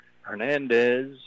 Hernandez